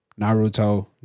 Naruto